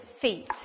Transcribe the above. feet